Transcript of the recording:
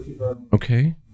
okay